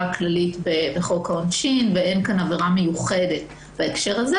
כללית בחוק העונשין ואין עבירה מיוחדת בהקשר הזה.